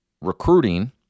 recruiting